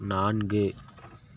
நான்கு